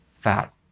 fat